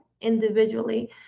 individually